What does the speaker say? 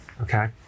okay